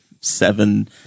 Seven